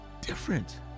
different